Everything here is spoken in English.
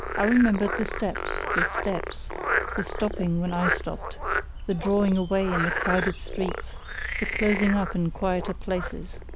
i remembered the steps, the steps the stopping when i stopped the drawing away in the crowded streets the closing up in quieter places.